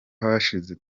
hashize